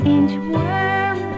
Inchworm